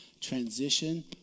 transition